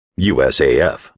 USAF